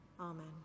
Amen